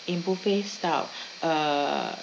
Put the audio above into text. in buffet style uh